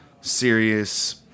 serious